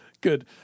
Good